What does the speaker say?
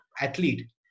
athlete